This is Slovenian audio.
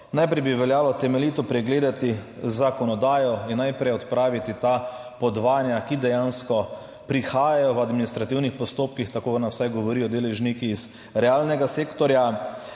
Najprej bi veljalo temeljito pregledati zakonodajo in najprej odpraviti ta podvajanja, ki dejansko prihajajo v administrativnih postopkih, tako nam vsaj govorijo deležniki iz realnega sektorja.